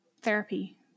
therapy